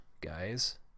guys